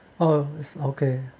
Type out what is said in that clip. oh okay